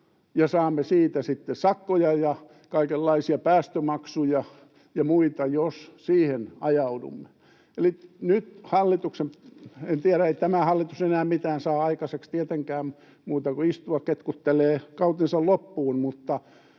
saamme siitä sitten sakkoja ja kaikenlaisia päästömaksuja ja muita, jos siihen ajaudumme. Eli nyt hallituksen — en tiedä, ei tämä hallitus tietenkään enää mitään saa aikaiseksi muuta kuin istua ketkuttelee kautensa loppuun —